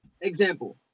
Example